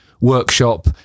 workshop